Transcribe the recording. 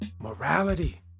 morality